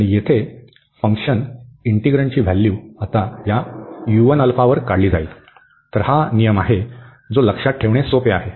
आणि येथे फंक्शन इंटिग्रन्डची व्हॅल्यू आता या वर काढली जाईल तर हा नियम आहे जो लक्षात ठेवणे सोपे आहे